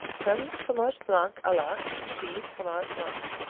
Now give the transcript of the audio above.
creme, fromage blanc a la see fromage blanc.